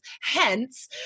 hence